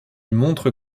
montre